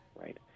right